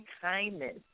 kindness